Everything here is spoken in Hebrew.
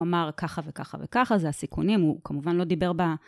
אמר ככה וככה וככה, זה הסיכונים, הוא כמובן לא דיבר ב...